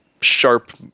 sharp